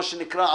מה שנקרא,